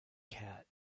cat